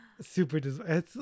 Super